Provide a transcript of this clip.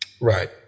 right